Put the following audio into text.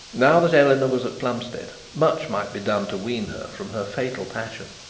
now that eleanor was at plumstead, much might be done to wean her from her fatal passion.